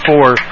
four